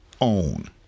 own